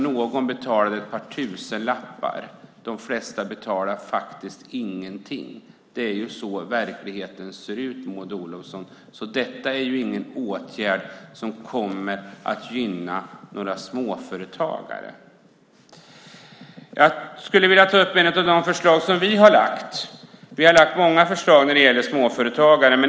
Någon betalar ett par tusenlappar, men de flesta betalar faktiskt ingenting. Det är så verkligheten ser ut, Maud Olofsson. Detta är ingen åtgärd som kommer att gynna några småföretagare. Jag skulle vilja ta upp några av de förslag som vi har lagt fram. Vi har lagt fram många förslag när det gäller småföretagare.